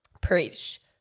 Preach